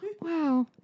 Wow